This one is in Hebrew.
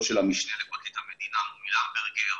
של המשנה לפרקליט המדינה מומי למברגר.